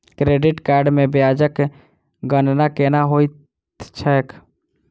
credit card मे ब्याजक गणना केना होइत छैक